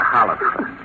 Hollister